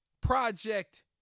Project